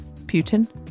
Putin